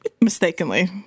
mistakenly